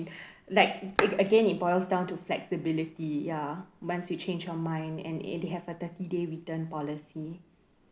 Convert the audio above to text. like again it boils down to flexibility ya once you change your mind and they have a thirty day return policy